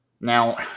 Now